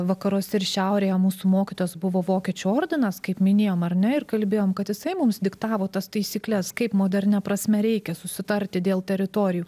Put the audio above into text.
vakaruose ir šiaurėje mūsų mokytojas buvo vokiečių ordinas kaip minėjom ar ne ir kalbėjom kad jisai mums diktavo tas taisykles kaip modernia prasme reikia susitarti dėl teritorijų